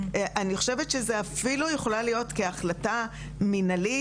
אני חושבת שזו אפילו יכולה להיות כהחלטה מינהלית.